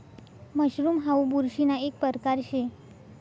mushroom हाऊ बुरशीना एक परकार शे